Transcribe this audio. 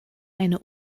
eine